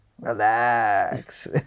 relax